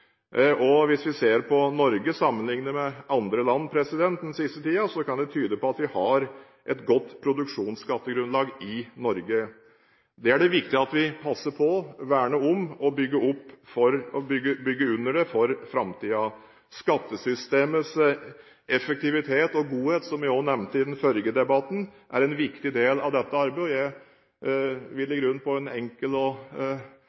Hvis vi ser på Norge sammenlignet med andre land den siste tiden, kan det se ut som vi har et godt produksjonsskattegrunnlag i Norge. Det er det viktig at vi passer på, verner om og bygger under for framtiden. Et godt og effektivt skattesystem er, som jeg nevnte i den forrige debatten, en viktig del av dette arbeidet. Jeg vil i grunnen på en enkel og likefram måte forsikre interpellanten om at finansministeren følger godt med. Og der jeg